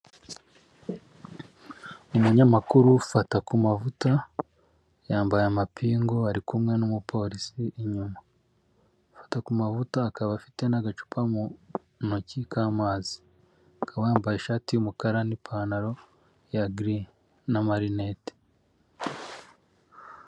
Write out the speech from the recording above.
Umunyamakuru fatakumavuta yambaye amapingu ari kumwe n'umuporisi inyuma ye. Fatakumavuta akaba afite n'agacupa mu noki k'amazi akaba yambaye ishati y'umukara n'ipantaro ya girini n'amarinete.